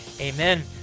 amen